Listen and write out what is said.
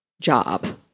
job